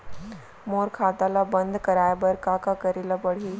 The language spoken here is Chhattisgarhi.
मोर खाता ल बन्द कराये बर का का करे ल पड़ही?